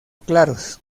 claros